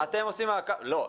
לא.